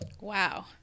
Wow